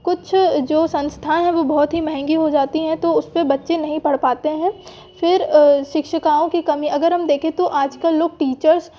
कुछ जो संस्थान है वह बहुत ही महंगी हो जाती है तो उस पर बच्चे नहीं पढ़ पाते हैं फिर शिक्षिकाओं की कमी अगर हम देखें तो आज कल लोग टीचर्स